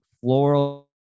floral